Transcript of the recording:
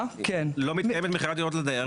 לא מתקיימת מכירת דירות לדיירים?